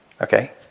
okay